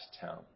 town